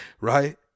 Right